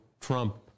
Trump